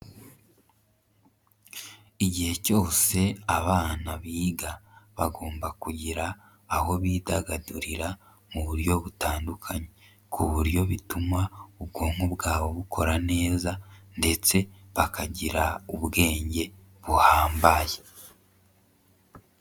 Igihe cyose abana biga bagomba kugira aho bidagadurira mu buryo butandukanye, ku buryo bituma ubwonko bwabo bukora neza ndetse bakagira ubwenge buhambaye.